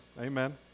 Amen